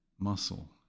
muscle